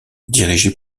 dirigé